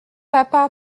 papa